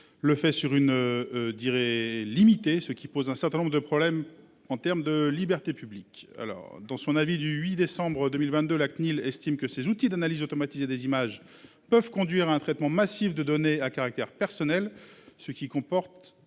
sur une durée limitée, ce qui pose un certain nombre de problèmes en termes de libertés publiques. Dans son avis du 8 décembre 2022, la Cnil estime que ces « outils d'analyse automatisée des images » peuvent « conduire à un traitement massif de données à caractère personnel ». Cela comporte